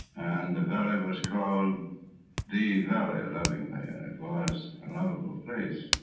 and the valley was called the valley lovingly and it was a lovable place.